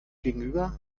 gegenüber